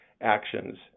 actions